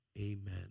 amen